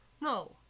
No